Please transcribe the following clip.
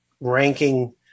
ranking –